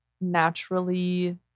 naturally